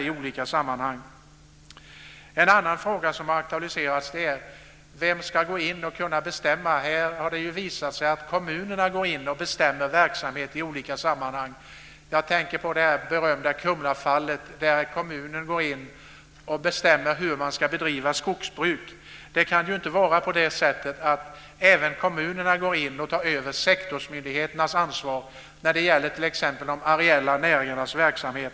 En fråga som också har aktualiserats är vem som ska kunna gå in och bestämma i dessa frågor. Det har ju visat sig att kommunerna går in och bestämmer verksamheten i olika sammanhang. Jag tänker på det berömda Kumlafallet, där kommunen gick in och bestämde hur man skulle bedriva skogsbruk. Kommunerna ska ju inte gå in och ta över sektorsmyndigheternas ansvar, t.ex. när det gäller de areella näringarnas verksamhet.